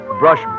brush